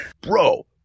bro